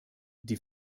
die